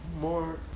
more